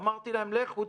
אמרתי להם: לכו,